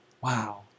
Wow